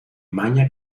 maña